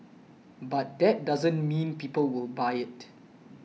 but that doesn't mean people will buy it